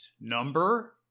number